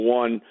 one